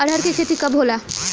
अरहर के खेती कब होला?